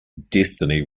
destiny